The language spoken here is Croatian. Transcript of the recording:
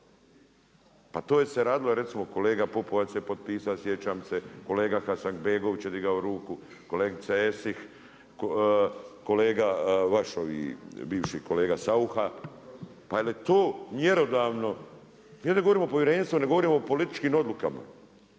Pa to se radilo, recimo kolega Pupovac je potpisa sjećam se, kolega Hasanbegović je digao ruku, kolegica Esih, kolega vaš, bivši kolega Saucha, pa je li to mjerodavno? …/Govornik se ne razumije./… o političkim odlukama,